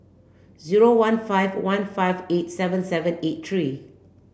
zero one five one five eight seven seven eight three